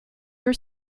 your